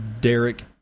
Derek